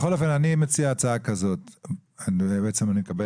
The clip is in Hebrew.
בכל אופן, קיבלתי הצעה שאני מקבל